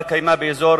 בר-קיימא באזור